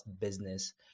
business